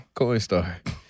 Coinstar